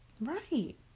right